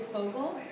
Fogle